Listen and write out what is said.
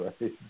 right